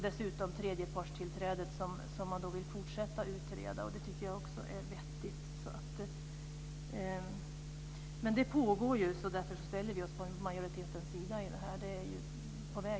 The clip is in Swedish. Dessutom vill man fortsätta att utreda frågan om tredjepartstillträdet. Det tycker jag också är vettigt. Det pågår, så därför ställer vi oss på majoritetens sida. Det är förslag på väg.